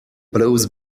blows